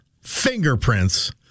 fingerprints